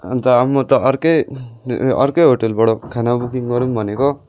अन्त अब म त अर्कै अर्कै होटेलबाट खाना बुकिङ गरौँ भनेको